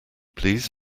please